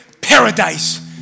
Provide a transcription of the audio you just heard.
paradise